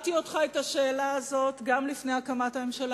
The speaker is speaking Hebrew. הוא כבר נבחר.